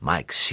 Mike